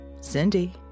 Cindy